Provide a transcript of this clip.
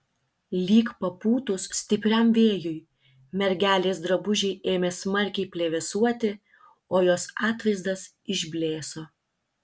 lyg papūtus stipriam vėjui mergelės drabužiai ėmė smarkiai plevėsuoti o jos atvaizdas išblėso